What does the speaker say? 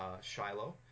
Shiloh